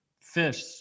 fish